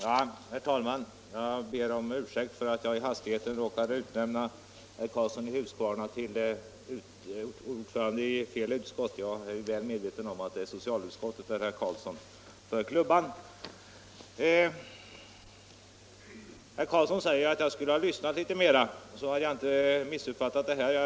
Herr talman! Jag ber om ursäkt för att jag i hastigheten råkade utnämna herr Karlsson i Huskvarna till ordförande i fel utskott. Jag är väl medveten om att det är i socialutskottet som herr Karlsson för klubban. Herr Karlsson säger att jag skulle ha lyssnat litet bättre så hade jag inte missuppfattat honom.